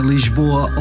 Lisboa